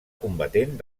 combatent